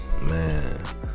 Man